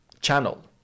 channel